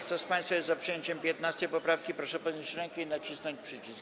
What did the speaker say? Kto z państwa jest za przyjęciem 15. poprawki, proszę podnieść rękę i nacisnąć przycisk.